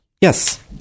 Yes